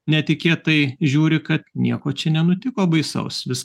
netikėtai žiūri kad nieko čia nenutiko baisaus viskas